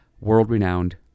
world-renowned